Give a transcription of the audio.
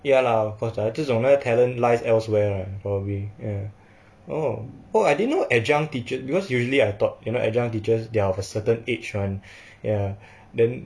ya lah of course lah 这种那个 talent lies elsewhere right probably ya oh oh I didn't know adjunct teacher because usually I thought you know adjunct teachers they are of a certain age [one] ya then